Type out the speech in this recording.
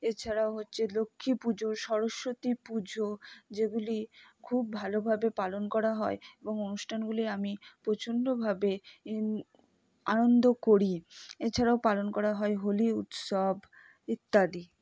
এছাড়াও হচ্ছে লক্ষ্মীপুজো সরস্বতী পুজো যেগুলি খুব ভালোভাবে পালন করা হয় এবং অনুষ্ঠানগুলি আমি প্রচন্ডভাবে ইন আনন্দ করি এছাড়াও পালন করা হয় হোলি উৎসব ইত্যাদি